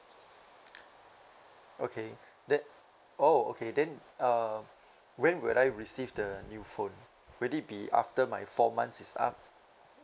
okay then oh okay then uh when will I receive the the new phone will it be after my four months is up